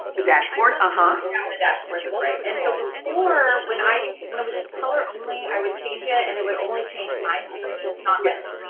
the dashboard? uh-huh. yeah, the dashboard, that's right. and so before, when i when it was just color only, i would change it and it would only change my screen inaudible yes.